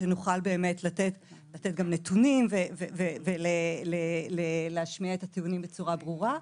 שנוכל גם לתת נתונים ולהשמיע את הטיעונים בצורה ברורה.